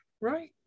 right